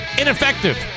ineffective